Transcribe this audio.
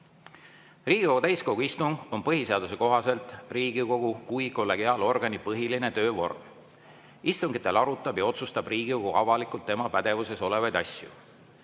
Riigikogu täiskogu istung on põhiseaduse kohaselt Riigikogu kui kollegiaalorgani põhiline töö vorm. Istungitel arutab ja otsustab Riigikogu avalikult tema pädevuses olevaid asju.